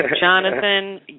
Jonathan